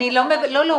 אני לא מבקשת.